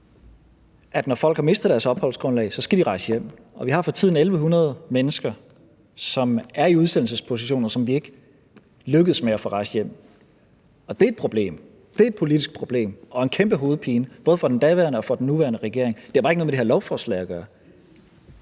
at når folk har mistet deres opholdsgrundlag, skal de rejse hjem. Og vi har for tiden 1.100 mennesker, som er i udsendelsesposition, og som vi ikke lykkes med at få sendt hjem. Og det er et problem, det er et politisk problem og en kæmpe hovedpine, både for den daværende og den nuværende regering. Det har bare ikke noget med det her lovforslag at gøre.